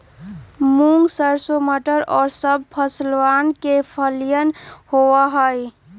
मूंग, सरसों, मटर और सब फसलवन के फलियन होबा हई